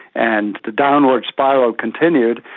and the downward spiral continued.